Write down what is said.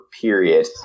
period